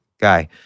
guy